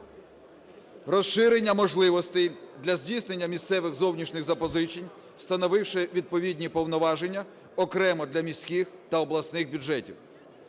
розширення можливостей для здійснення місцевих зовнішніх запозичень, встановивши відповідні повноваження окремо для міських та обласних бюджетів;